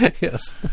Yes